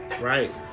right